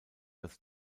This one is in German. das